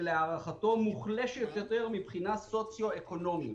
שלהערכתו מוחלשת יותר מבחינת סוציו אקונומית".